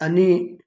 ꯑꯅꯤ